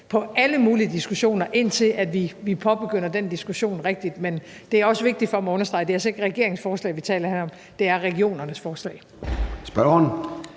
på alle mulige diskussioner, inden vi påbegynder den diskussion rigtigt. Men det er også vigtigt for mig at understrege, at det altså ikke er regeringens forslag, vi taler om her; det er regionernes forslag.